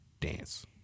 dance